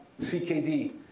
CKD